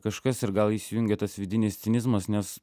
kažkas ir gal įsijungia tas vidinis cinizmas nes